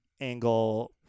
angle